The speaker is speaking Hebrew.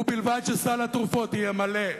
ובלבד שסל התרופות יהיה מלא,